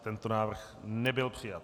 Tento návrh nebyl přijat.